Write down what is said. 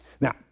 Now